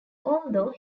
although